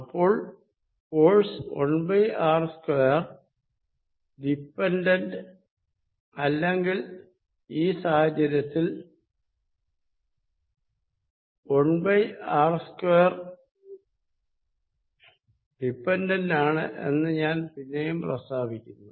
അപ്പോൾ force 1r2 dependent അല്ലെങ്കിൽ ഈ സാഹചര്യത്തിൽ 1r2 ഡിപെൻഡന്റ് ആണ് എന്ന് ഞാൻ പിന്നെയും പ്രസ്താവിക്കുന്നു